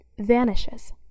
vanishes